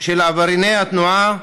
של עברייני התנועה,